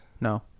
No